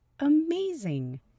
amazing